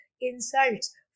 insults